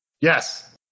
Yes